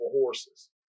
horses